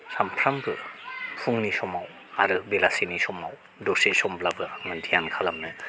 सानफ्रामबो फुंनि समाव आरो बेलिसिनि समाव दसे समब्लाबो ध्यान खालामनो